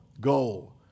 Goal